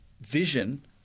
vision